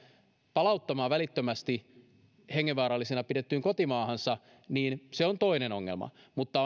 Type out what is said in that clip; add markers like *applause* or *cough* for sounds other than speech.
palauttamaan välittömästi hengenvaarallisena pidettyyn kotimaahansa niin se on toinen ongelma mutta *unintelligible*